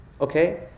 Okay